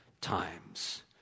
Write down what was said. times